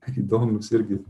įdomūs irgi